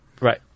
Right